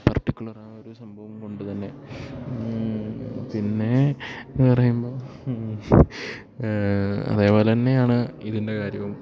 particular ആയൊരു സംഭവം കൊണ്ടുതന്നെ പിന്നെ വേറെയെന്ന് അതേപോലെത്തന്നെയാണ് ഇതിൻ്റെ കാര്യവും